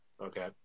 Okay